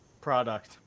product